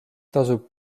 tasub